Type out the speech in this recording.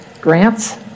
grants